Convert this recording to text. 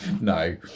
no